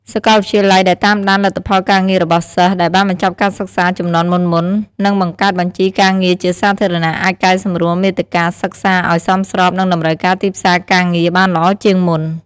សាកលវិទ្យាល័យដែលតាមដានលទ្ធផលការងាររបស់សិស្សដែលបានបញ្ចប់ការសិក្សាជំនាន់មុនៗ និងបង្កើតបញ្ជីការងារជាសាធារណៈ អាចកែសម្រួលមាតិកាសិក្សាឲ្យសមស្របនឹងតម្រូវការទីផ្សារការងារបានល្អជាងមុន។